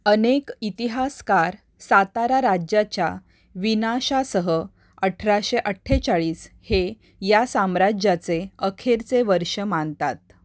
अनेक इतिहासकार सातारा राज्याच्या विनाशासह अठराशे अठ्ठेचाळीस हे या साम्राज्याचे अखेरचे वर्ष मानतात